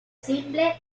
simple